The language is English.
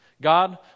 God